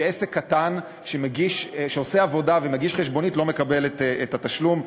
שבהם עסק קטן שעשה עבודה והגיש חשבונית לא מקבל את התשלום,